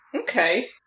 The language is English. Okay